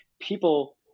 People